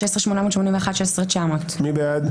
16,601 עד 16,620. מי בעד?